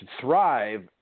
thrive